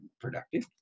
productive